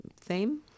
theme